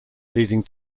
leading